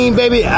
baby